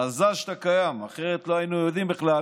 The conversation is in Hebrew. מזל שאתה קיים, אחרת לא היינו יודעים בכלל